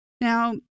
Now